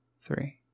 three